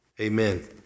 Amen